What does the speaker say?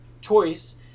choice